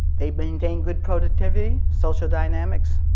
they maintain good productivity, social dynamics,